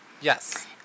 Yes